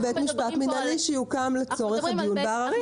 בית משפט מינהלי שיוקם לצורך הדיון בעררים.